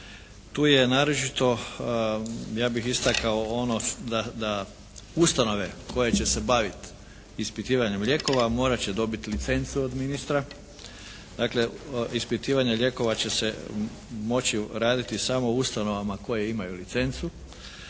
Tu je naročito ja bih istakao ono da ustanove koje će se baviti ispitivanjem lijekova morati će dobiti licencu od ministra. Dakle ispitivanje lijekova će se moći raditi samo u ustanovama koje imaju licencu.